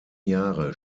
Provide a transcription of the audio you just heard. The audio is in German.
jahre